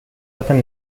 matan